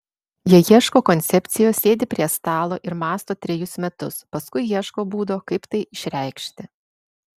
jie ieško koncepcijos sėdi prie stalo ir mąsto trejus metus paskui ieško būdo kaip tai išreikšti